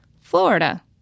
Florida